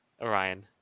orion